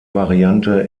variante